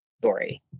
story